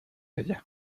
ella